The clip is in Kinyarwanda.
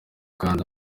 kandi